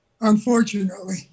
unfortunately